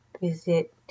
visit